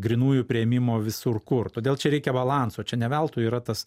grynųjų priėmimo visur kur todėl čia reikia balanso čia ne veltui yra tas